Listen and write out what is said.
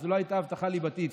אבל זאת לא הייתה הבטחה ליבתית.